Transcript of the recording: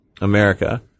America